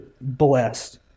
blessed